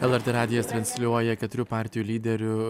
lrt radijas transliuoja keturių partijų lyderių